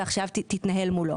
ועכשיו תתנהל מולו.